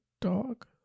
dog